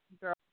Girl